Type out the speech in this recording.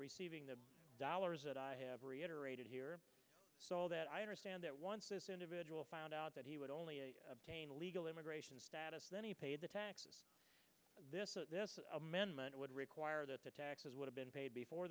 receiving the dollars that i have reiterated here so that i understand that once this individual found out that he would only obtain legal immigration status then he paid the taxes this amendment would require that the taxes would have been paid before